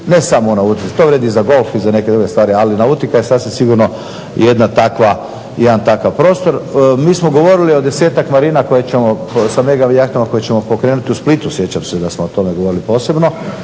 Ne samo u nautici, to vrijedi i za golf i za neke druge stvari. Ali nautika je sasvim sigurno jedna takav prostor. Mi smo govorili o desetak marina koje ćemo sa mega jahtama koje ćemo pokrenuti u Splitu sjećam se da smo o tome govorili posebno